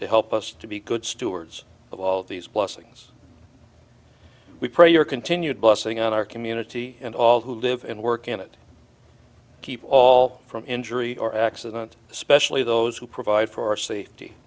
to help us to be good stewards of all these blessings we pray your continued blessing on our community and all who live and work in it keep all from injury or accident especially those who provide for